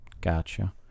Gotcha